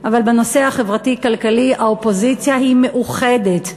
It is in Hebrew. אבל בנושא החברתי-כלכלי האופוזיציה מאוחדת,